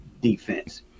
defense